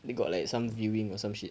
they got like some viewing or some shit